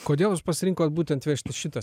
kodėl jūs pasirinkot būtent vežtis šitą